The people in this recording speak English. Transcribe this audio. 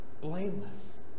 blameless